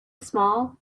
small